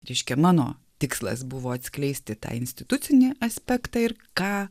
reiškia mano tikslas buvo atskleisti tą institucinį aspektą ir ką